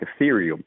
Ethereum